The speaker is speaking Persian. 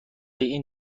این